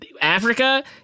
Africa